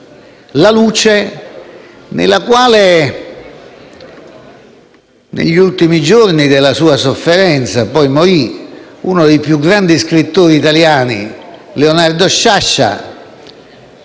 la luce nella quale negli ultimi giorni della sua sofferenza (poi morì) uno dei più grandi scrittori italiani, Leonardo Sciascia,